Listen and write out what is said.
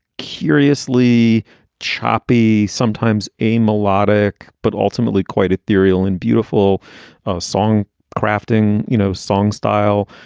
curiously choppy, sometimes a melodic but ultimately quite ethereal and beautiful song crafting, you know, song style.